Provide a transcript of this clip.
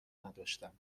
نداشتم